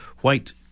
white